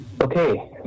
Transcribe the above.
Okay